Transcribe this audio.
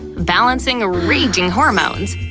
balancing raging hormones,